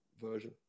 version